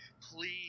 please